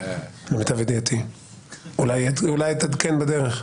אולי אתעדכן בדרך.